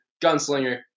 gunslinger